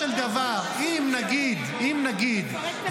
בואו ננסה --- חבר הכנסת ביטון.